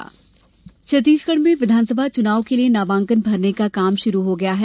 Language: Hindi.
छग चुनाव छत्तीसगढ़ में विघानसभा चुनाव के लिये नामांकन भरने का काम शुरू हो गया है